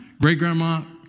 great-grandma